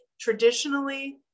traditionally